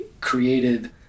created